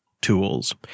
tools